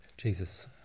Jesus